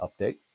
update